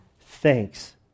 thanks